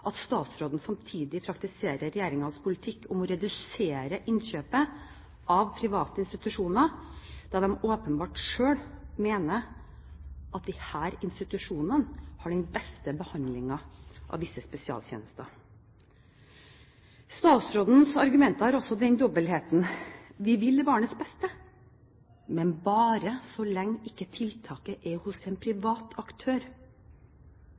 at statsråden samtidig praktiserer regjeringens politikk om å redusere innkjøpet av private institusjonsplasser når den åpenbart selv mener at disse institusjonene har visse spesialtjenester som gir den beste behandlingen. Statsrådens argumenter har også den dobbeltheten: Vi vil barnets beste, men bare så lenge tiltaket ikke er hos en privat aktør.